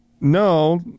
no